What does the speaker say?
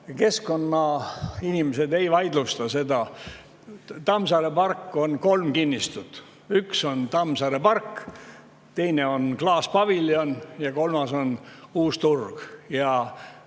keskkonnainimesed ei vaidlusta seda. Tammsaare pargi moodustab kolm kinnistut: üks on Tammsaare park, teine on klaaspaviljon ja kolmas on Uus Turg.